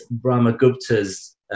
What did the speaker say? Brahmagupta's